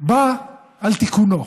בא על תיקונו.